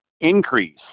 increase